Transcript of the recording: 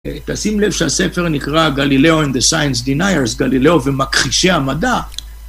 תשים לב שהספר נקרא "Galileo and the Science Deniers", גלילאו ומכחישי המדע.